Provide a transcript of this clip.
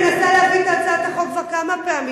ציפי חוטובלי מנסה להביא את הצעת החוק כבר כמה פעמים.